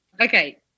Okay